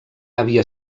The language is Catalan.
havia